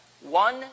one